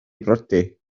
briodi